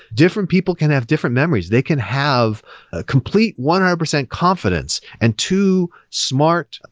different people can have different memories. they can have a complete one hundred percent confidence, and two smart,